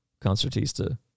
Concertista